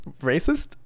racist